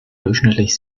durchschnittlich